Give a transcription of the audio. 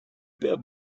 père